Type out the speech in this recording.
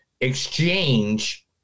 exchange